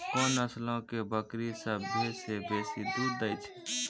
कोन नस्लो के बकरी सभ्भे से बेसी दूध दै छै?